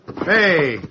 Hey